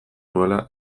nuela